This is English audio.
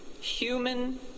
Human